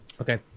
Okay